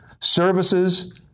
services